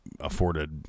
afforded